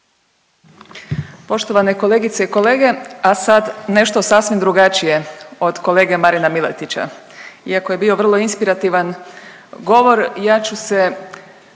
Poštovane kolegice i kolege, a sad nešto sasvim drugačije od kolege Marina Miletića iako je bio vrlo inspirativan govor ja ću se